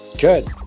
Good